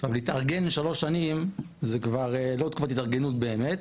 עכשיו להתארגן לשלוש שנים זה כבר לא תקופת התארגנות באמת,